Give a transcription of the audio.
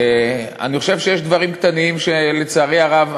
אני חושב שיש דברים קטנים שלצערי הרב,